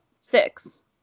six